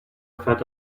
felt